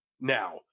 now